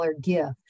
gift